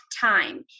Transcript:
time